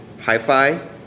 Hi-Fi